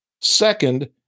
Second